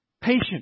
patient